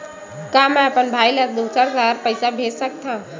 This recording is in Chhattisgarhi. का मैं अपन भाई ल दुसर शहर पईसा भेज सकथव?